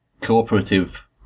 cooperative